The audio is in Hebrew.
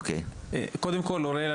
קודם כל אוריאל,